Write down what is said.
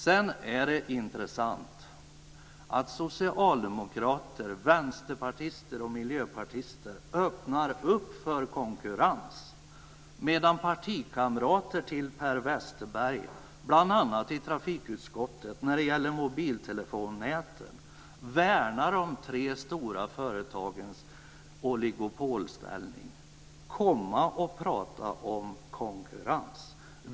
Sedan är det intressant att socialdemokrater, vänsterpartister och miljöpartister öppnar för konkurrens, medan partikamrater till Per Westerberg, bl.a. i trafikutskottet, när det gäller mobiltelefonnätet värnar de tre stora företagens oligopolställning. Komma och prata om konkurrens!